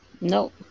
No